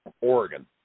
Oregon